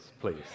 please